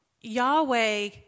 Yahweh